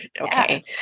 Okay